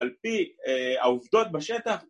‫על פי העובדות בשטח...